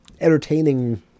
Entertaining